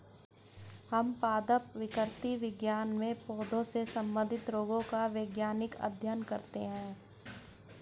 हम पादप विकृति विज्ञान में पौधों से संबंधित रोगों का वैज्ञानिक अध्ययन करते हैं